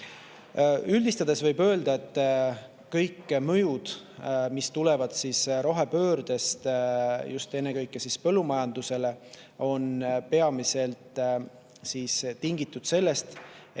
Üldistades võib öelda, et kõik mõjud, mis tulenevad rohepöördest, just ennekõike põllumajandusele, on peamiselt tingitud sellest, et